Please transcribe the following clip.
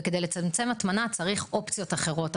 כדי לצמצם הטמנה צריך אופציות אחרות.